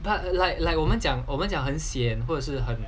but like like 我们讲我们讲很 sian 或是很